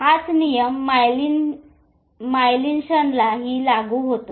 हाच नियम मायलिनशनला हि लागू होतो